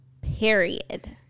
Period